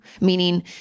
Meaning